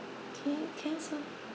okay can so